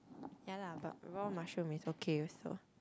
ya lah but raw mushroom is okay also